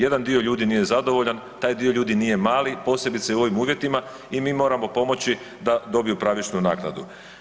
Jedan dio ljudi nije zadovoljan, taj dio ljudi nije mali, posebice u ovim uvjetima i mi moramo pomoći da dobiju pravičnu naknadu.